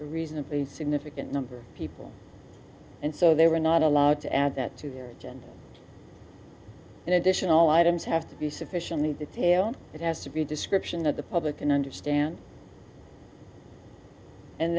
reasonably significant number of people and so they were not allowed to add that to their agenda and additional items have to be sufficiently detailed it has to be a description of the public can understand and